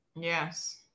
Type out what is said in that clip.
Yes